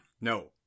No